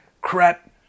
crap